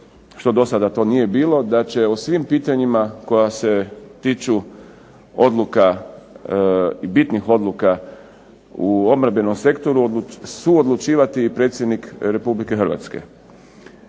što do sada to nije bilo da će o svim pitanjima koja se tiču odluka i bitnih odluka u obrambenom sektoru suodlučivati i predsjednik Republike Hrvatske.